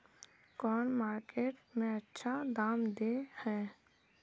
कौन मार्केट में अच्छा दाम दे है?